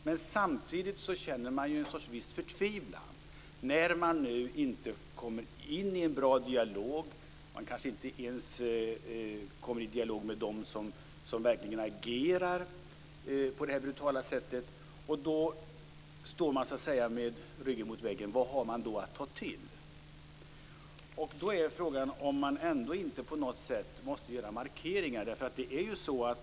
Men samtidigt känner man en viss förtvivlan när det inte går att föra en bra dialog. Det går kanske inte ens att föra en dialog med dem som verkligen agerar på detta brutala sätt, och då står man så att säga med ryggen mot väggen. Vad finns det då att ta till? Då är frågan om man ändå inte måste göra markeringar på något sätt.